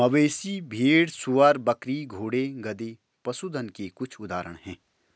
मवेशी, भेड़, सूअर, बकरी, घोड़े, गधे, पशुधन के कुछ उदाहरण हैं